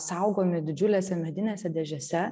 saugomi didžiulėse medinėse dėžėse